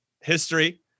history